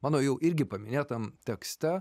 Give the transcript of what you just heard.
mano jau irgi paminėtam tekste